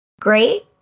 great